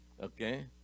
okay